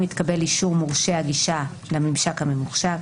התקבל אישור מורשה הגישה לממשק הממוחשב,